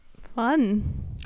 Fun